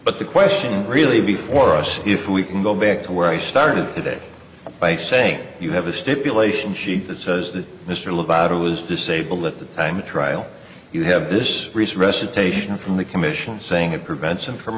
but the question really before us if we can go back to where i started today by saying you have a stipulation sheet that says that mr lovato was disabled at the time of trial you have this recent recitation from the commission saying it prevents him from